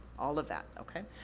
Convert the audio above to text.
all of that, okay?